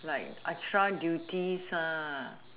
extra duties ah